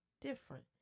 different